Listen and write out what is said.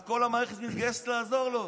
אז כל המערכת מתגייסת לעזור לו.